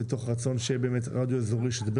מתוך רצון שיהיה באמת רדיו אזורי שישדר